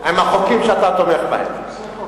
עם החוקים שאתה תומך בהם.